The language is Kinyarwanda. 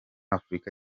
afurika